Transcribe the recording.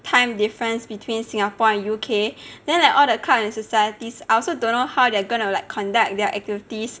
time difference between Singapore and U_K then like all the clubs and societies I also don't know how they're gonna like conduct their activities